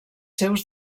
seus